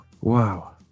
wow